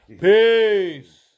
Peace